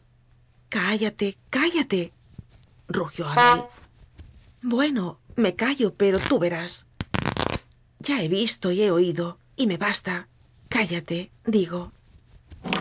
cállate cállate rugió abel bueno me callo pero tú verás ya he visto y he oído y me basta cá llate digo